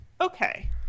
Okay